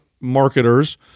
marketers